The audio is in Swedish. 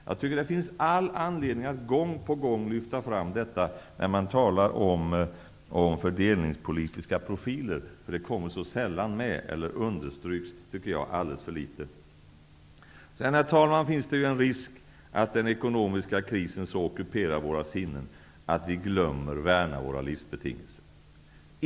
Jag tycker att det finns all anledning att gång på gång lyfta fram detta när vi talar om den fördelningspolitiska profilen, för det understryks alltför sällan. Det finns en risk att den ekonomiska krisen så ockuperar våra sinnen, att vi glömmer att värna våra livsbetingelser.